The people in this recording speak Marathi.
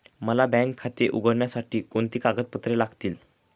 मला बँक खाते उघडण्यासाठी कोणती कागदपत्रे लागतील?